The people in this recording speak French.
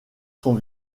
son